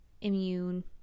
immune